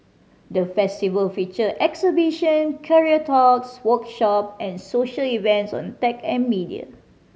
the Festival featured exhibition career talks workshop and social events on tech and media